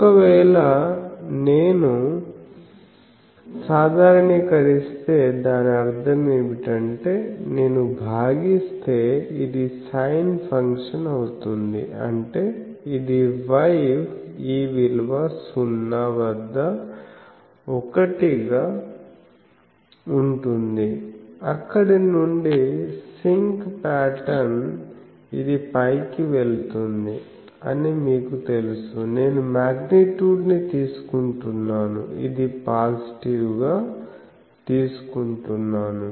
ఒకవేళ నేను సాధారనీకరిస్తే దాని అర్థం ఏమిటంటే నేను భాగిస్తే ఇది sin ఫంక్షన్ అవుతుంది అంటే ఇది Y ఈ విలువ 0 వద్ద ఒకటిగా ఉంటుంది అక్కడి నుండి sinc ప్యాటర్న్ ఇది పైకి వెళుతుంది అని మీకు తెలుసు నేను మాగ్నిట్యూడ్ని తీసుకుంటున్నాను ఇది పాజిటివ్ గా తీసుకుంటున్నాను